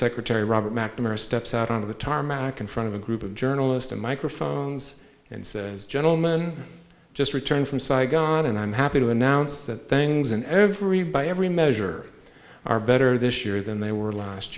secretary robert mcnamara steps out on to the tarmac in front of a group of journalists and microphones and says gentleman just returned from saigon and i'm happy to announce that isn't every by every measure are better this year than they were last